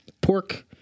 pork